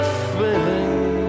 feeling